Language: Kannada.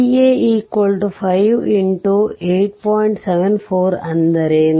Va 5 x8